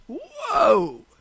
whoa